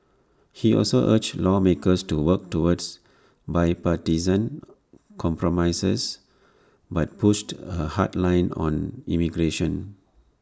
he also urged lawmakers to work toward bipartisan compromises but pushed A hard line on immigration